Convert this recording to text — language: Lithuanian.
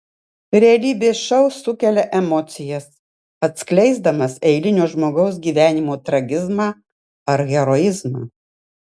realybės šou sukelia emocijas atskleisdamas eilinio žmogaus gyvenimo tragizmą ar heroizmą